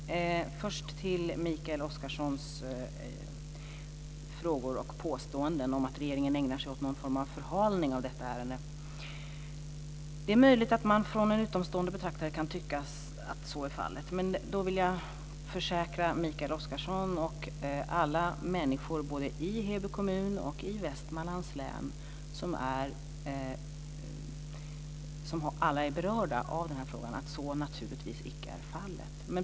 Fru talman! Först går jag till Mikael Oscarssons frågor och påståenden om att regeringen ägnar sig åt någon form av förhalning av detta ärende. Det är möjligt att en utomstående betraktare kan tycka att så är fallet. Då vill jag försäkra Mikael Oscarsson och alla människor i Heby kommun och i Västmanlands län som är berörda att så naturligtvis icke är fallet.